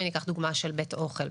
דוגמה של בית אוכל.